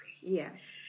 Yes